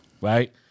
right